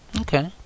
Okay